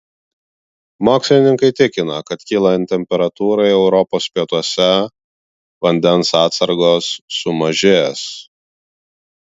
mokslininkai tikina kad kylant temperatūrai europos pietuose vandens atsargos sumažės